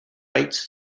rights